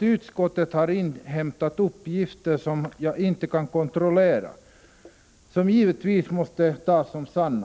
utskottet inhämtat uppgifter som jag inte kan kontrollera, men som givetvis måste antas vara sanna.